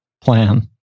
plan